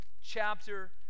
chapter